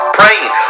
praying